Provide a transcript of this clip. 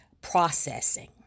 processing